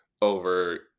over